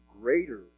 greater